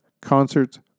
concerts